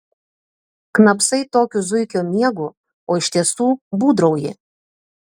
knapsai tokiu zuikio miegu o iš tiesų būdrauji